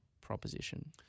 proposition